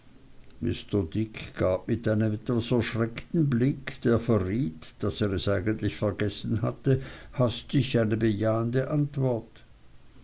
mit einem etwas erschreckten blick der verriet daß er es eigentlich vergessen hatte hastig eine bejahende antwort